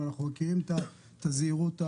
אנחנו מכירים את הזהירות הנכונה.